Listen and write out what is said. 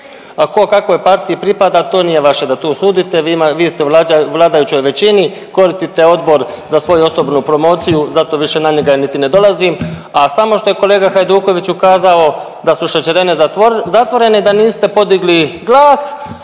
ko kakvoj partiji pripada to nije vaše da tu sudite, vi ste u vladajućoj većini koristite odbor za svoju osobnu promociju za više na njega niti ne dolazim. A samo što je kolega Hajduković ukazao da su šećerane zatvorene da niste postigli glas,